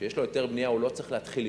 כשיש לו היתר בנייה הוא לא צריך להתחיל לבנות.